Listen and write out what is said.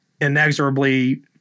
inexorably